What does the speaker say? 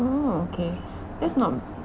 oh okay that's not